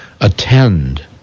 attend